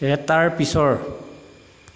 এটাৰ পিছৰ